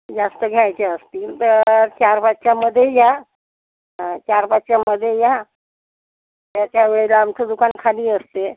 जास्त घ्यायचे असतील तर चार पाचच्यामध्ये या चार पाचच्यामध्ये या त्याच्यावेळेला आमचं दुकान खाली असते